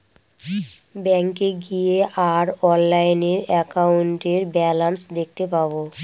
ব্যাঙ্কে গিয়ে আর অনলাইনে একাউন্টের ব্যালান্স দেখতে পাবো